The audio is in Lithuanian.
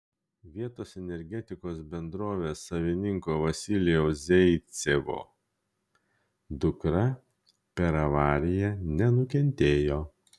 vietos energetikos bendrovės savininko vasilijaus zaicevo dukra per avariją nenukentėjo